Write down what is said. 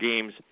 games